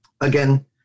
Again